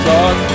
Talk